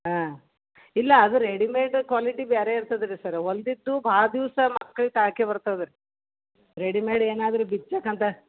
ಆಂ ಇಲ್ಲ ಅದು readymade quality ಬೇರೆ ಇರ್ತದೆ ರೀ ಸರ ಹೊಲೆದಿದ್ದು ಭಾಳ ದಿವಸ ಮಕ್ಳಿಗೆ ಬಾಳ್ಕೆ ಬರ್ತದೆ ರೀ ರೆಡಿಮೇಡ್ ಏನಾದರೂ ಬಿಚ್ಚಕಂತ